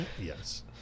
Yes